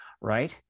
right